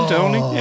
Tony